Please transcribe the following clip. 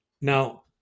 Now